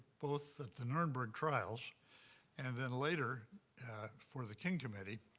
both at the nuremberg trials and then later for the king committee,